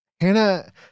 Hannah